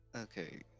Okay